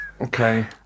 Okay